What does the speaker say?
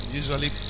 usually